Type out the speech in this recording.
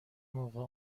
موقع